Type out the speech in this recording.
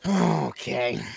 okay